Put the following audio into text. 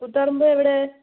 കൂത്തുപ്പറമ്പ് എവിടെ